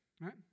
right